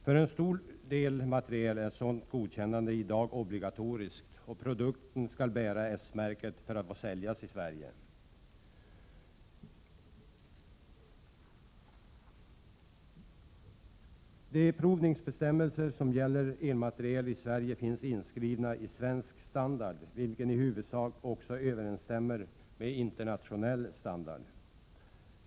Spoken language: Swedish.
För en stor del materiel är ett sådant godkännande i dag obligatoriskt, och produkten skall bära S-märke för att få säljas i Sverige. De provningsbestämmelser som gäller elmateriel i Sverige finns inskrivna i svensk standard, vilken i huvudsak också överensstämmer med internationell standard.